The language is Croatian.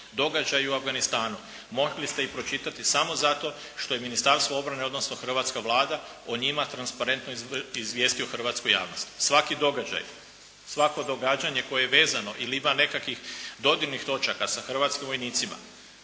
događaji u Afganistanu mogli ste ih pročitati samo zato što je Ministarstvo obrane, odnosno hrvatska Vlada o njima transparentno izvijestio hrvatsku javnost. Svaki događaj, svako događanje koje je vezano ili ima nekakvih dodirnih točaka sa hrvatskim vojnicima